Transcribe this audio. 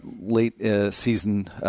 late-season